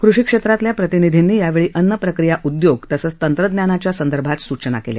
कृषी क्षेत्रातल्या प्रतिनिधींनी यावेळी अन्नप्रक्रिया उदयोग तसंच तंत्रज्ञानाच्या संदर्भात सुचना केल्या